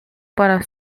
para